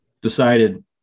decided